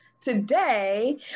Today